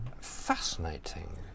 fascinating